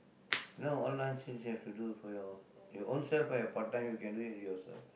you know online sales you have to do for your your own self ah your part-time you can do it for yourself